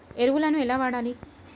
ఎరువులను ఎలా వాడాలి?